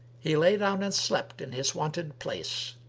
he lay down and slept in his wonted place.